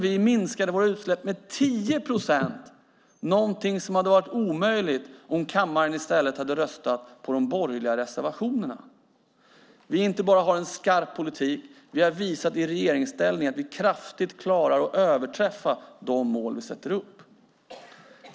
Vi minskade våra utsläpp med 10 procent, något som hade varit omöjligt om kammaren i stället hade röstat på de borgerliga reservationerna. Vi har inte bara en skarp politik. Vi har visat i regeringsställning att vi klarar att kraftigt överträffa de mål vi sätter upp.